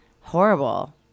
Horrible